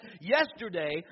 yesterday